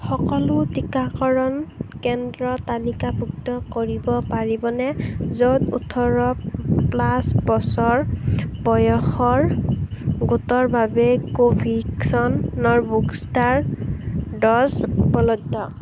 সকলো টিকাকৰণ কেন্দ্ৰ তালিকাভুক্ত কৰিব পাৰিবনে য'ত ওঠৰ প্লাছ বছৰ বয়সৰ গোটৰ বাবে কোভিক্সনৰ বুষ্টাৰ ড'জ উপলব্ধ